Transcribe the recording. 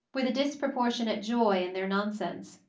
with a disproportionate joy in their nonsense.